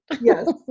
Yes